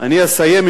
בכל זאת,